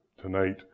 tonight